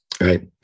Right